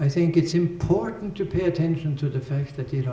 i think it's important to pay attention to the fact that